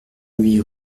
huit